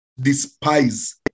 despise